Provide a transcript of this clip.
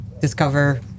discover